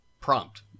prompt